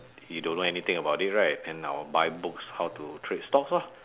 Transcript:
you don't know anything about it right then I will buy books how to trade stocks lor